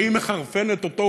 והיא מחרפנת אותו.